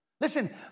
Listen